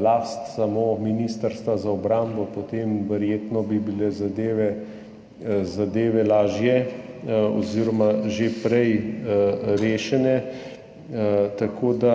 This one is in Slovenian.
last samo Ministrstva za obrambo, potem bi bile verjetno zadeve lažje oziroma že prej rešene, ta